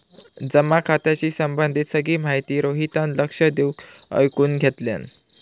जमा खात्याशी संबंधित सगळी माहिती रोहितान लक्ष देऊन ऐकुन घेतल्यान